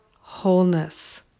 wholeness